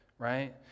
Right